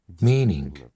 Meaning